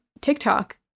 tiktok